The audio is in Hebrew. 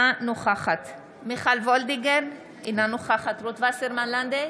נוכחת מיכל וולדיגר, אינה נוכחת רות וסרמן לנדה,